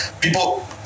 people